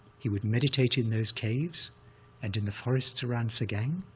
he would meditate in those caves and in the forests around sagaing,